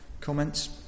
comments